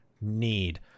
need